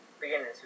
Beginners